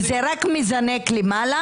וזה רק מזנק למעלה?